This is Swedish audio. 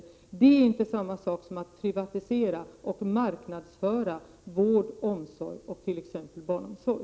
Det är emellertid inte samma sak som att privatisera och marknadsföra t.ex. vård, omsorg och barnomsorg.